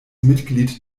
mitglied